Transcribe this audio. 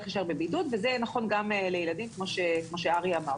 להישאר בבידוד וזה נכון גם לגבי ילדים כמו שאריה אמר.